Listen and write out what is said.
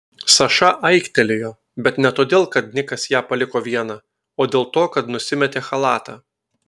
saša aiktelėjo bet ne todėl kad nikas ją paliko vieną o dėl to kad nusimetė chalatą